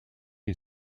est